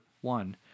one